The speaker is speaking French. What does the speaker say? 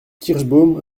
kirschbaum